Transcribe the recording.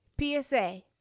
PSA